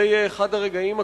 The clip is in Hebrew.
זה יהיה אחד הרגעים הקשים,